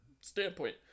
standpoint